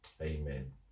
Amen